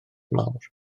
mawr